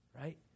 Right